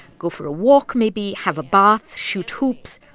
go for a walk, maybe have a bath, shoot hoops,